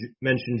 mentioned